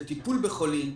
בטיפול בחולים,